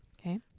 Okay